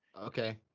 Okay